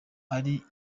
ari